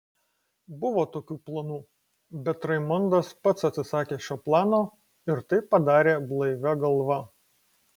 buvo tokių planų bet raimondas pats atsisakė šio plano ir tai padarė blaivia galva